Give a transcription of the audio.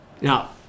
Now